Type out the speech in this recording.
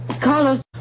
Carlos